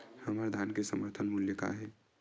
हमर धान के समर्थन मूल्य का हे?